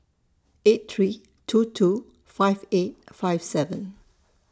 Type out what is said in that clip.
eight three two two five eight five seven